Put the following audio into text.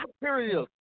Period